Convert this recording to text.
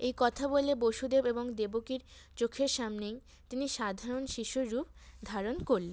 এই কথা বলে বসুদেব এবং দেবকীর চোখের সামনেই তিনি সাধারণ শিশুর রূপ ধারণ করলেন